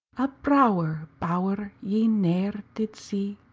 a brawer bower ye ne'er did see,